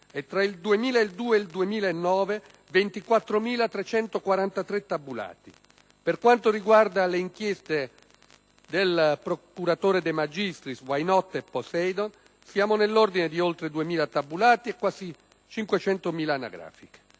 e tra il 2002 e il 2009 24.343 tabulati; per quanto riguarda le inchieste del procuratore De Magistris "Why not?" e "Poseidone", siamo nell'ordine di oltre 2.000 tabulati e di quasi 500.000 anagrafiche.